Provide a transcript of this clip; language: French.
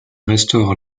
restaure